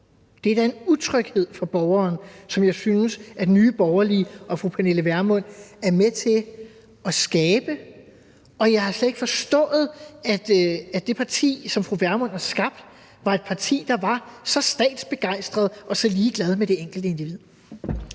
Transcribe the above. Det er da en utryghed for borgeren, som jeg synes at Nye Borgerlige og fru Pernille Vermund er med til at skabe. Jeg har slet ikke forstået, at det parti, som fru Vermund har skabt, var et parti, der var så statsbegejstret og så ligeglad med det enkelte individ.